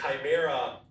chimera